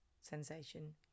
sensation